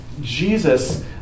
Jesus